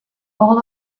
all